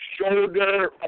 shoulder